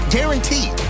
Guaranteed